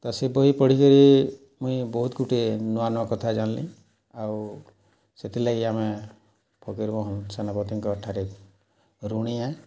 ତ ସେ ବହି ପଢ଼ିକିରି ମୁଇଁ ବହୁତ୍ ଗୁଟେ ନୂଆ ନୂଆ କଥା ଜାନ୍ଲି ଆଉ ସେଥିର୍ଲାଗି ଆମେ ଫକୀର୍ ମୋହନ୍ ସେନାପତିଙ୍କଠାରେ ଋଣୀ ଆଏ